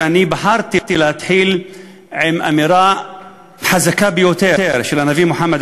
ואני בחרתי להתחיל באמירה חזקה ביותר של הנביא מוחמד,